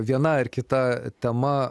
viena ar kita tema